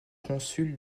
consul